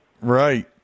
Right